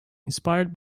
inspired